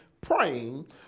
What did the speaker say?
praying